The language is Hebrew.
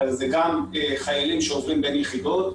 אלא זה גם חיילים שעוברים בין יחידות,